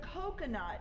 coconut